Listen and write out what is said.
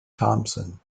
thompson